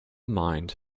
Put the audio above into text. mind